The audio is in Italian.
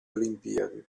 olimpiadi